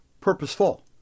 purposeful